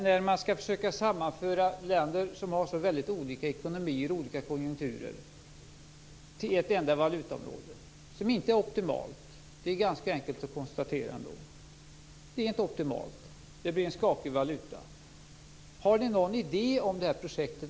Man skall alltså försöka sammanföra länder som har olika ekonomier och olika konjunkturer i ett enda valutaområde, som inte är optimalt. Det är ganska enkelt att konstatera. Det blir en skakig valuta. Har ni någon idé alls om det här projektet?